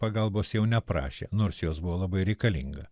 pagalbos jau neprašė nors jos buvo labai reikalinga